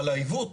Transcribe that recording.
אבל העיוות